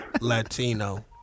Latino